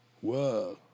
Whoa